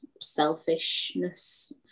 selfishness